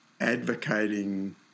advocating